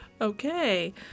Okay